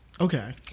Okay